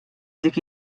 dik